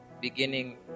beginning